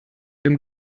dem